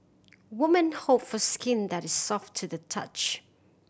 woman hope for skin that is soft to the touch